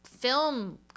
Film